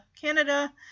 Canada